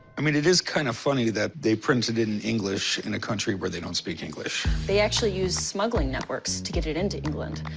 i mean, it is kind of funny that they printed it in english in a country where they don't speak english. they actually used smuggling networks to get it into england.